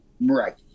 Right